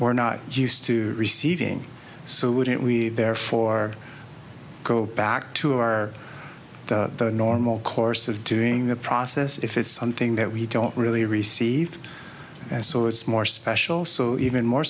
we're not used to receiving so wouldn't we therefore go back to our normal course of doing the process if it's something that we don't really received and so it's more special also even more